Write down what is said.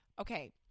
okay